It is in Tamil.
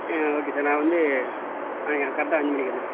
ஆ ஓகே சார் நான் வந்து ஆ கரெக்டாக அஞ்சு மணிக்கு வந்துடுறேன்